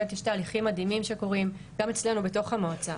באמת יש תהליכים מדהימים שקורים גם אצלנו בתוך המועצה,